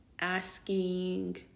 asking